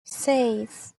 seis